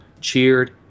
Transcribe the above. cheered